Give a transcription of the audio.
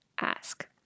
ask